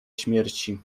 śmierci